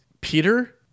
peter